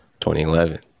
2011